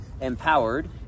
empowered